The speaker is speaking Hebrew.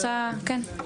בוודאי.